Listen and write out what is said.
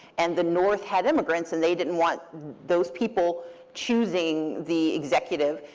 and the north had immigrants, and they didn't want those people choosing the executive.